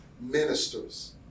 ministers